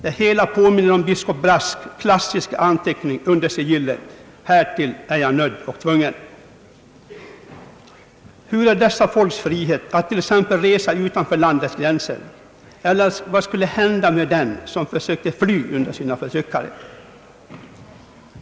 Det hela påminner om biskop Brasks klassiska anteckning under sigillet: »Härtill är jag nödd och tvungen.» Har dessa folk frihet att t.ex. resa utanför landets gränser? Vad skulle för övrigt hända med den som försökte fly undan sin förtryckare?